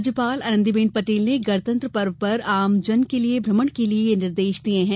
राज्यपाल आनंदीबेन पटले ने गणतंत्र पर्व पर आमजन के भ्रमण के लिए यह निर्देश दिये हैं